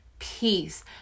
peace